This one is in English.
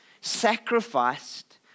sacrificed